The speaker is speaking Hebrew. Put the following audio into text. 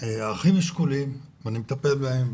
האחים השכולים, אני מטפל בהם.